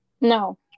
no